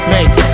Make